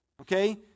Okay